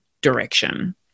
direction